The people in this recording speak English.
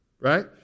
right